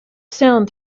sound